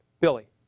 Billy